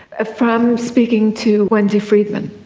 ah from speaking to wendy freedman.